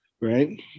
right